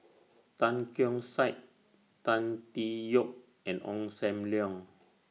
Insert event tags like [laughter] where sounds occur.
[noise] Tan Keong Saik Tan Tee Yoke and Ong SAM Leong